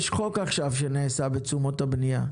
נחקק עכשיו חוק לגבי תשומות הבנייה.